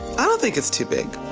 i don't think it's too big.